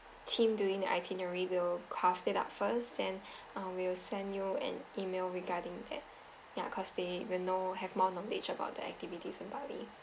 team doing the itinerary will craft it up first then uh we'll send you an email regarding that yeah because they will know have more knowledge about the activities in bali